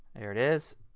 there it is,